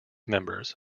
members